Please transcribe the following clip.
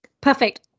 Perfect